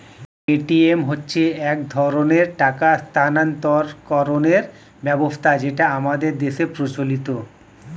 Paytm হচ্ছে এক ধরনের টাকা স্থানান্তরকরণের ব্যবস্থা যেটা আমাদের দেশের প্রচলিত